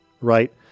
right